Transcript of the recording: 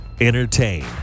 Entertain